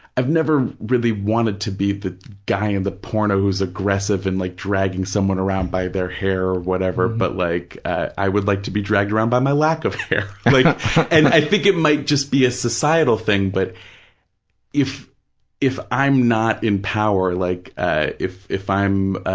i've never really wanted to be the guy in the porno who's aggressive and like dragging someone around by their hair or whatever, but like, i would like to be dragged around by my lack of hair, like mike and i think it might just be a societal thing, but if if i'm not in power, like ah if if i'm